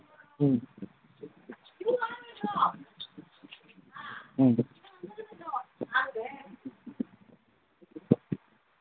ꯎꯝ ꯎꯝ